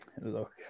Look